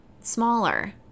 smaller